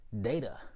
data